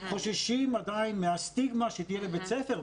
חוששים עדיין מהסטיגמה שתהיה לבית הספר.